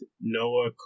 Noah